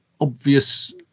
obvious